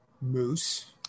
Moose